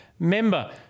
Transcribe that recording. Member